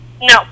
No